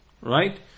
Right